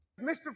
Mr